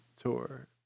tour